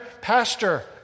pastor